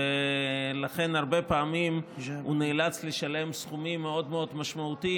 ולכן הרבה פעמים הוא נאלץ לשלם סכומים מאוד מאוד משמעותיים,